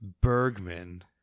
Bergman